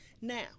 Now